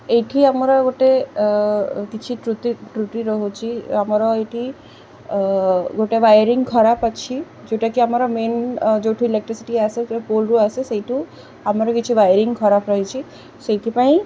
ଏଇଠି ଆମର ଗୋଟେ କିଛି ତ୍ରୁଟି ରହୁଛି ଆମର ଏଇଠି ଗୋଟେ ୱାୟରିଂ ଖରାପ ଅଛି ଯେଉଁଟାକି ଆମର ମେନ୍ ଯେଉଁଠୁ ଇଲେକ୍ଟ୍ରିସିଟି ଆସେ ଯେଉଁ ପୋଲ୍ରୁ ଆସେ ସେଇଠୁ ଆମର କିଛି ୱାୟରିଂ ଖରାପ ରହିଛି ସେଇଥିପାଇଁ